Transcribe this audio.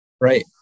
Right